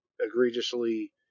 egregiously